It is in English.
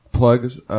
Plugs